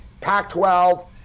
Pac-12